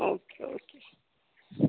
okay okay